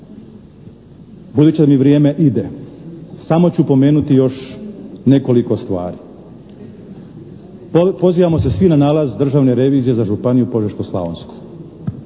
Budući da mi vrijeme ide, samo ću pomenuti još nekoliko stvari. Pozivamo se svi na nalaz Državne revizije za Županiju Požeško-slavonsku